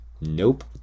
Nope